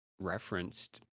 referenced